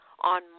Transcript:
on